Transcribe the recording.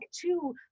two